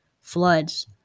floods